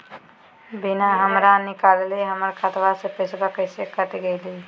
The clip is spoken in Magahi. बिना हमरा निकालले, हमर खाता से पैसा कैसे कट गेलई?